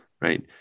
right